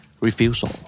Refusal